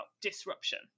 disruption